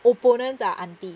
opponents are aunty